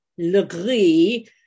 Legris